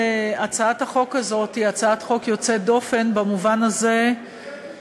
הצעת החוק הזאת היא הצעת חוק יוצאת דופן במובן הזה שכל